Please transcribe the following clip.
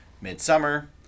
Midsummer